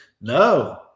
No